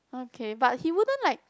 okay but he wouldn't like